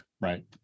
right